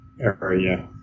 area